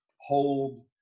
hold